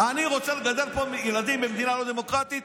אני רוצה לגדל פה ילדים במדינה לא דמוקרטית?